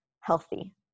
healthy